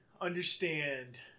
understand